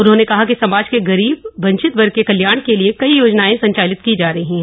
उन्होंने कहा कि समाज के ग़रीब और वंचित वर्ग के कल्याण के लिए कई योजनाएं संचालित की जा रही हैं